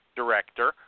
director